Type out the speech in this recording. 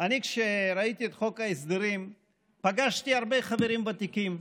שכשראיתי את חוק ההסדרים פגשתי הרבה חברים ותיקים,